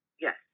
Yes